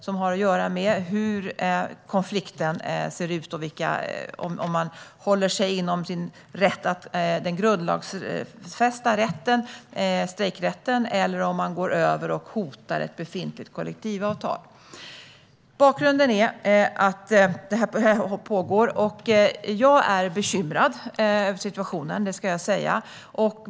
Denna praxis beskriver hur konflikten ser ut och om man håller sig inom sin grundlagsfästa strejkrätt eller om man går över gränsen och hotar ett befintligt kollektivavtal. Detta pågår. Jag är bekymrad över situation, det vill jag säga.